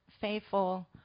faithful